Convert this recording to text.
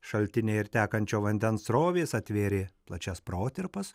šaltiniai ir tekančio vandens srovės atvėrė plačias protirpas